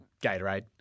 Gatorade